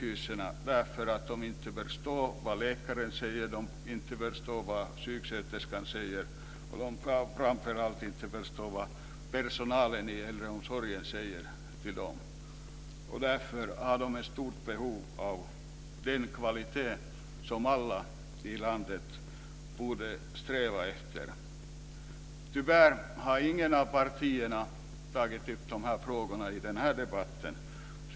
De förstår inte vad läkarna och sjuksköterskorna säger, och de kan framför allt inte heller förstå vad personalen i äldreomsorgen säger till dem. De är i stort behov av den vårdkvalitet som vi strävar efter för alla i vårt land. Tyvärr har inget av partierna tagit upp de här frågorna i denna debatt.